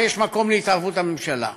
שיש מקום להתערבות הממשלה,